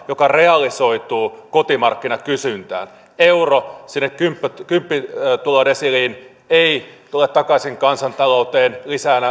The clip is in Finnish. joka realisoituu kotimarkkinakysyntään euro sinne kymppitulodesiiliin ei tule takaisin kansanta louteen